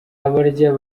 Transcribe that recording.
abarya